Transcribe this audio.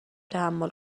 تحمل